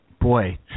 Boy